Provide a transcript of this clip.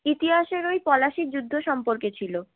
ইতিহাসের ওই পলাশির যুদ্ধ সম্পর্কে ছিল